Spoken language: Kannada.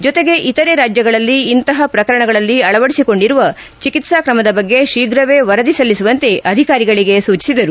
ಜೊತೆಗೆ ಇತರೆ ರಾಜ್ಯಗಳಲ್ಲಿ ಇಂಥ ಪ್ರಕರಣಗಳಲ್ಲಿ ಅಳವಡಿಸಿಕೊಂಡಿರುವ ಚಿಕಿತ್ಸಾ ಕ್ರಮದ ಬಗ್ಗೆ ಶೀಘ್ರವೇ ವರದಿ ಸಲ್ಲಿಸುವಂತೆ ಸೂಚಿಸಿದರು